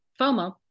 FOMO